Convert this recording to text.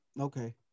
okay